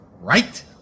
Right